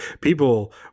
people